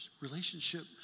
relationship